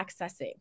accessing